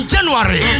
January